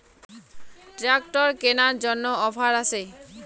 Tractor কেনার জন্য offer আছে?